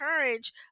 encourage